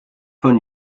von